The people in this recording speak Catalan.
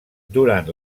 durant